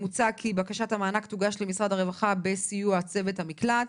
מוצע כי בקשת המענק תוגש למשרד הרווחה בסיוע צוות המקלט.